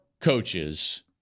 coaches